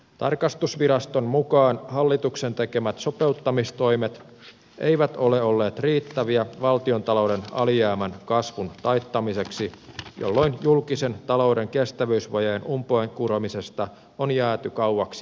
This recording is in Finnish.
tarkastusviraston mukaan hallituksen tekemät sopeuttamistoimet eivät ole olleet riittäviä valtiontalouden alijäämän kasvun taittamiseksi jolloin julkisen talouden kestävyysvajeen umpeen kuromisesta on jääty kauaksi jälkeen